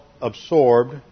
absorbed